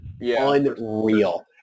unreal